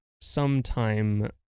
sometime